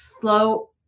slow